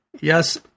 yes